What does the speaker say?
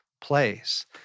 place